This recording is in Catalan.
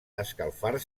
escalfar